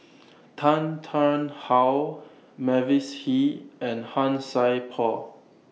Tan Tarn How Mavis Hee and Han Sai Por